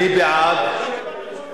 מי בעד?